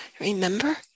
Remember